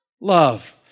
love